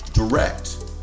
direct